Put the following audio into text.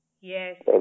Yes